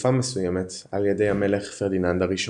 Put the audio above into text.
לתקופה מסוימת על ידי המלך פרדיננד הראשון.